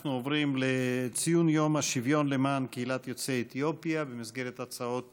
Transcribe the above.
אנחנו עוברים לציון יום השוויון למען קהילת יוצאי אתיופיה במסגרת הצעות